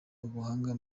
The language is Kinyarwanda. ubuhanga